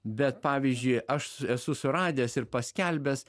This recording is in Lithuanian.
bet pavyzdžiui aš esu suradęs ir paskelbęs